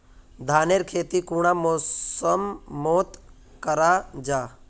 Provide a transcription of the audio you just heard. धानेर खेती कुंडा मौसम मोत करा जा?